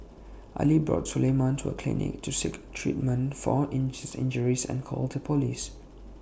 Ali brought Suleiman to A clinic to seek treatment for his injuries and called the Police